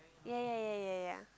yeah yeah yeah yeah